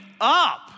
up